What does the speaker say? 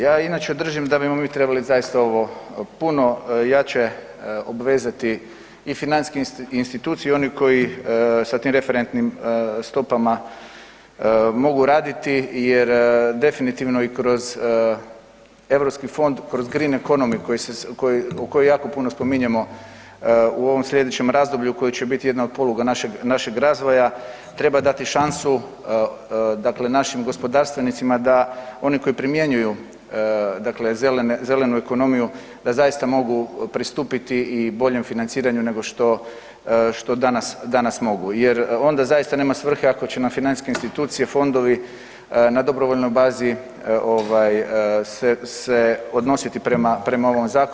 Ja inače držimo da bi mi trebali zaista ovo puno jače obvezati i financijske institucije i one koji sa tim referentnim stopama mogu raditi jer definitivno i kroz europski fond, kroz green economy koji jako puno spominjemo u ovom slijedećem razdoblju koji će biti jedna od poluga našeg razvoja, treba dati šansu dakle našim gospodarstvenicima da oni koji primjenjuju dakle zelenu ekonomiju, da zaista mogu pristupiti i boljem financiranju nego što danas mogu jer onda zaista nema svrhe ako će nam financijske institucije, fondovi na dobrovoljnoj bazi se odnositi prema ovom zakonu